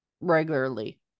regularly